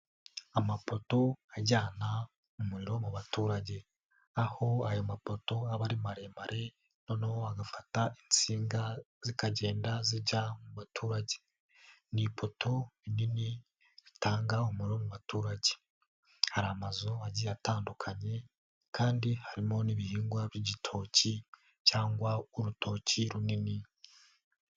Amapoto ajyana umuriro mu baturage aho ayo mapoto aba ari maremare noneho bagafata insinga zikagenda zijya mu baturage, ni ipoto rinini ritanga umuriro mu baturage, hari amazu agiye atandukanye kandi harimo n'ibihingwa by'igitoki cyangwa urutoki runini.